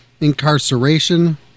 incarceration